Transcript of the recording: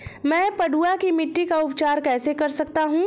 मैं पडुआ की मिट्टी का उपचार कैसे कर सकता हूँ?